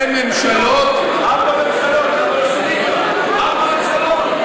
לגבי ממשלות, ארבע ממשלות, ארבע ממשלות.